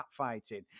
catfighting